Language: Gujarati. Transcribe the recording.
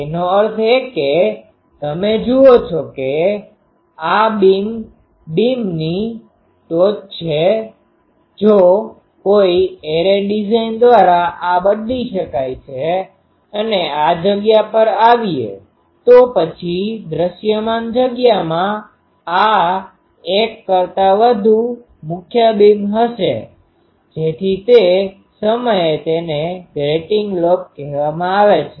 તેનો અર્થ એ કે તમે જુઓ છો કે આ બીજા બીમની ટોચ છે જો કોઈ એરે ડિઝાઇન દ્વારા આ બદલી શકાય છે અને આ જગ્યા પર આવીએ તો પછી દૃશ્યમાન જગ્યામાં એક કરતા વધુ મુખ્ય બીમ હશે જેથી તે સમયે તેને ગ્રેટિંગ લોબ કહેવામાં આવે છે